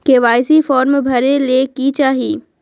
KYC form भरे ले कि चाही?